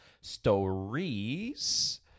stories